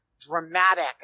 dramatic